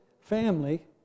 family